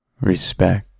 respect